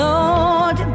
Lord